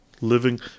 Living